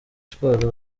siporo